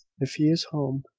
if he is home,